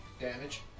damage